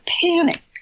panic